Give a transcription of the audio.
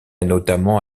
notamment